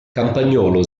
campagnolo